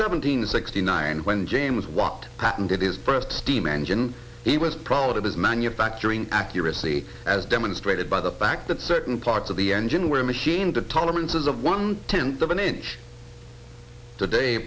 seventeen sixty nine when james watt patented is first steam engine he was proud of his manufacturing accuracy as demonstrated by the fact that certain parts of the engine were machined the tolerances of one tenth of an inch today